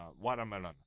watermelon